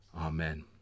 Amen